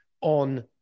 on